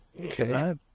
Okay